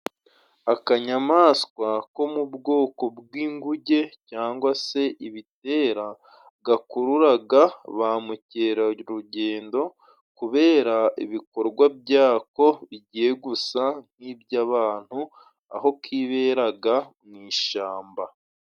Akanyamaswa ko mu bwoko bw'inguge cyangwa se ibitera, gakururaga ba mukerarugendo kubera ibikorwa byako bigiye gusa nk'iby'abantu aho kiberaga mu ishyamba.